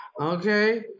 Okay